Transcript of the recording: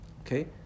Okay